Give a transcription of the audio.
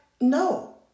No